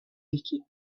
líquid